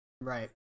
right